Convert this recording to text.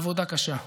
עבודה קשה,